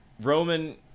roman